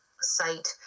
site